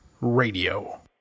Radio